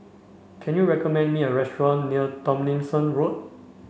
can you recommend me a restaurant near Tomlinson Road